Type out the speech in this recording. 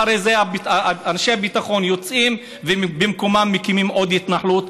ואחרי זה אנשי הביטחון יוצאים ובמקומם מקימים עוד התנחלות,